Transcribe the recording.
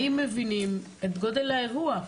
האם מבינים את גודל האירוע?